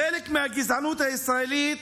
חלק מהגזענות הישראלית,